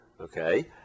okay